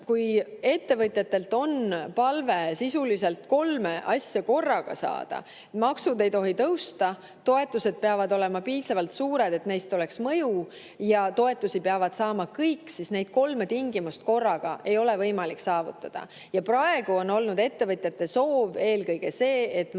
Kui ettevõtjatel on palve sisuliselt kolme asja korraga saada – maksud ei tohi tõusta, toetused peavad olema piisavalt suured, et neist oleks mõju, ja toetusi peavad saama kõik –, siis neid kolme tingimust korraga ei ole võimalik saavutada. Praegu on olnud ettevõtjate soov eelkõige see, et maksud